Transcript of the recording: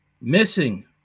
Missing